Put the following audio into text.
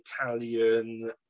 Italian